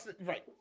right